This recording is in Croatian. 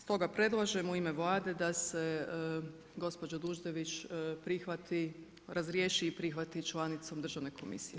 Stoga predlažem u ime Vlade da se gospođa Duždević prihvati, razriješi i prihvati članicom Državne komisije.